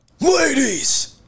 ladies